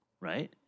right